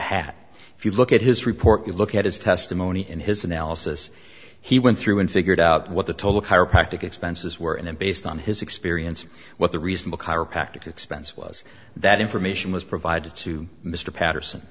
hat if you look at his report you look at his testimony in his analysis he went through and figured out what the total chiropractic expenses were and then based on his experience of what the reasonable chiropractic expense was that information was provided to mr patterson